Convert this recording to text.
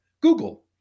Google